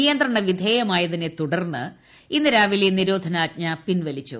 നിയന്ത്രണവിധേയമായതിനെതുടർന്ന് ഇന്ന് രാവിലെ നിരോധനാജ്ഞ പിൻവലിച്ചു